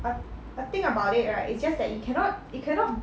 I I think about it right it's just that it cannot it cannot